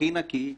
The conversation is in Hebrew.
הכי נקי,